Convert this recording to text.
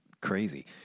crazy